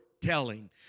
telling